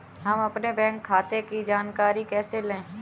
हम अपने बैंक खाते की जानकारी कैसे लें?